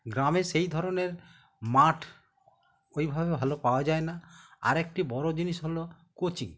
গ্রামে সেই ধরনের মাঠ ওইভাবে ভালো পাওয়া যায় না আরেকটি বড় জিনিস হলো কোচিং